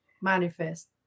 manifest